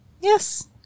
Yes